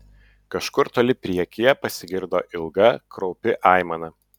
kažkur toli priekyje pasigirdo ilga kraupi aimana